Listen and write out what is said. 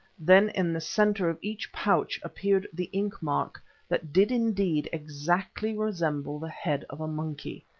then in the centre of each pouch appeared the ink-mark that did indeed exactly resemble the head of a monkey.